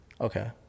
Okay